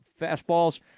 fastballs